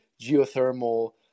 geothermal